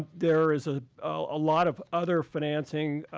there is ah a lot of other financing.